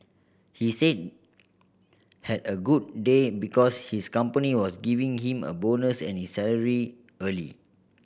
he said had a good day because his company was giving him a bonus and his salary early